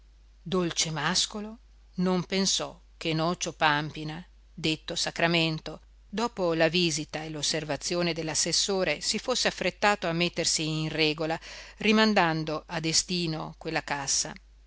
basiti dolcemàscolo non pensò che nocio pàmpina detto sacramento dopo la visita e l'osservazione dell'assessore si fosse affrettato a mettersi in regola rimandando a destino quella cassa